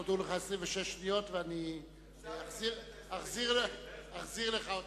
נותרו לך 26 שניות, ואני אחזיר לך אותן.